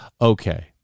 okay